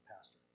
pastor